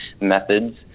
methods